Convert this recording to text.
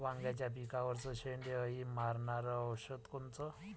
वांग्याच्या पिकावरचं शेंडे अळी मारनारं औषध कोनचं?